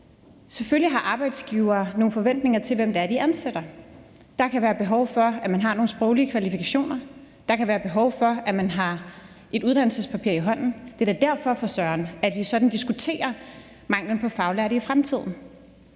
Selvfølgelig har arbejdsgivere nogle forventninger til, hvem det er, de ansætter, og der kan være et behov for, at man har nogle sproglige kvalifikationer, og der kan være et behov for, at man har et uddannelsespapir i hånden. Det er da for søren også derfor, at vi sådan diskuterer manglen på faglærte i fremtiden.